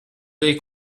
dei